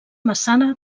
massana